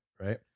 right